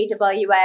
AWS